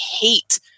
hate